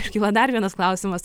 iškyla dar vienas klausimas